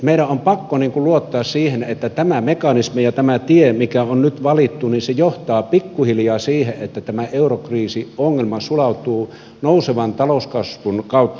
meidän on pakko luottaa siihen että tämä mekanismi ja tämä tie mikä on nyt valittu johtaa pikkuhiljaa siihen että tämä eurokriisiongelma sulautuu nousevan talouskasvun kautta pois